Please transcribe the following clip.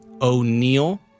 O'Neill